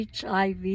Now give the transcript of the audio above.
HIV